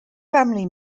family